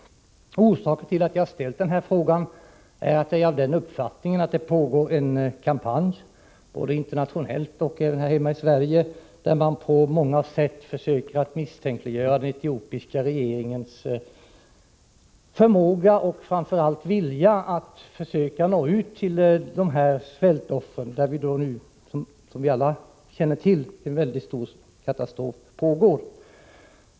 Orsaken till att jag ställt min fråga är att jag är av den uppfattningen att det pågår en kampanj både internationellt och här hemma i Sverige som går ut på att man försöker misstänkliggöra den etiopiska regeringens förmåga och framför allt vilja att nå ut till svältoffren. Det är ju, som vi alla känner till, en mycket stor katastrof.